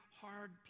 hard